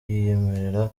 yiyemerera